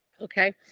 Okay